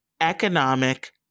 economic